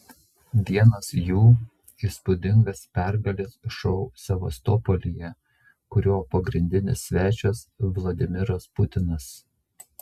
vienas jų įspūdingas pergalės šou sevastopolyje kurio pagrindinis svečias vladimiras putinas